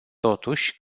totuși